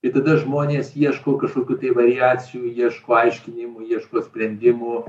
ir tada žmonės ieško kažkokių tai variacijų ieško aiškinimų ieško sprendimų